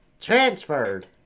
Transferred